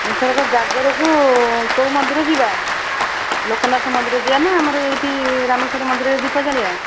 ଏଥରକ ଜାଗରକୁ କେଉଁ ମନ୍ଦିର ଯିବା ଲୋକନାଥ ମନ୍ଦିର ଯିବା ନାଁ ଆମର ଏଇଠି ରାମେଶ୍ଵର ମନ୍ଦିରରେ ଦୀପ ଜାଳିବା